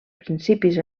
principis